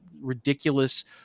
ridiculous